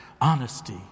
honesty